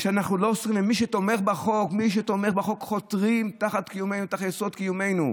מי שתומכים בחוק חותרים תחת יסוד קיומנו,